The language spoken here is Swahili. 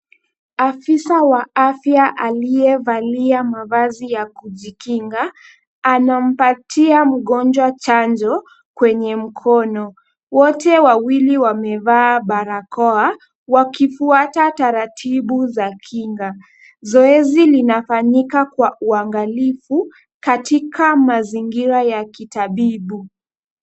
Afisa wa afya aliyevalia mavazi ya kujikinga, anampatia mgonjwa chanjo kwenye mkono. Wote wawili wamevaa barakoa wakifuata taratibu za kinga. Zoezi linafanyika kwa uangalifu katika mazingira ya kitabibu.